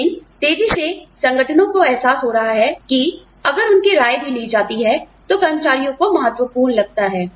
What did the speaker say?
लेकिन तेजी से संगठनों को एहसास हो रहा है कि अगर उनकी राय भी ली जाती है तो कर्मचारियों को महत्वपूर्ण लगता है